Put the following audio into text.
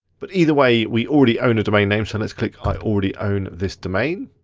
but either way, we already own a domain name so let's click i already own this domain.